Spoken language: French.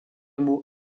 mot